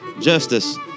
Justice